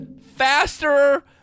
faster